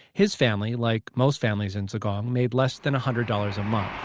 his family like most families in zigong made less than a hundred dollars a month